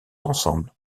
ensemble